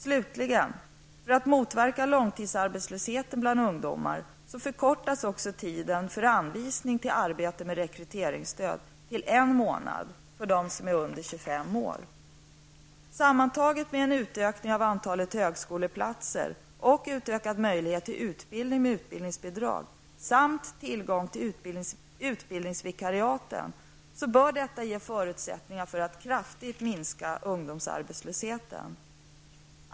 Slutligen, för att motverka långtidsarbetslöshet bland ungdomar, förkortas tiden för anvisning till arbete med rekryteringsstöd till en månad för arbetssökande under 25 år. Sammantaget med en utökning av antalet högskoleplatser och utökad möjlighet till utbildning med utbildningsbidrag samt tillgång till utbildningsvikariaten, bör detta ge förutsättningar för att kraftigt minska ungdomsarbetslösheten.